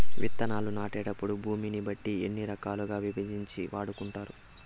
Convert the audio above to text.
విత్తనాలు నాటేటప్పుడు భూమిని బట్టి ఎన్ని రకాలుగా విభజించి వాడుకుంటారు?